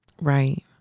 Right